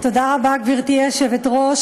גברתי היושבת-ראש,